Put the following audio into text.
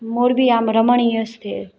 મોરબી આમ રમણીય જ રહે